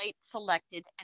selected